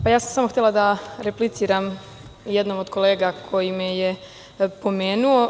Ja sam samo htela da repliciram jednom od kolega koji me je pomenuo.